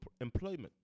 employment